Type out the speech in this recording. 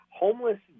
Homeless